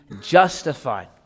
justified